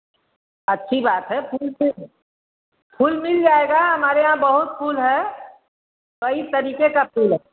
अच्छी बात है फूल फिर फूल मिल जाएगा हमारे यहाँ बहुत फूल है कई तरीके का फूल है